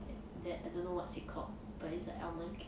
and that I don't know what's it called but it's a almond cake